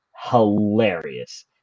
hilarious